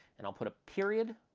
and i'll put a period,